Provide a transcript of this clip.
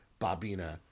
Bobina